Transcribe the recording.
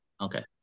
Okay